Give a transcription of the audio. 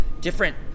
different